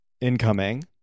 incoming